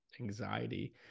anxiety